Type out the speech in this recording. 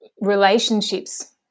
relationships